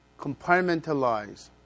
compartmentalize